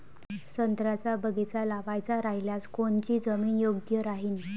संत्र्याचा बगीचा लावायचा रायल्यास कोनची जमीन योग्य राहीन?